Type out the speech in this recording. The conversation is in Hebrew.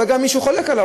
אבל גם מי שחולק עליו,